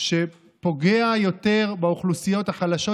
שפוגע יותר באוכלוסיות החלשות?